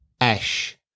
Ash